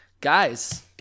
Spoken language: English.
Guys